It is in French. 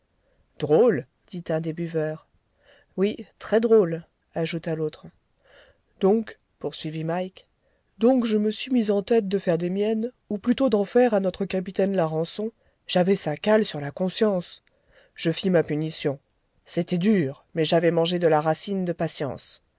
drôle dit un des buveurs oui très drôle ajouta l'autre donc poursuivit mike donc je me suis mis en tête de faire des miennes ou plutôt d'en faire à notre capitaine larençon j'avais sa cale sur la conscience je fis ma punition c'était dur mais j'avais mangé de la racine de patience